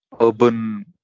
urban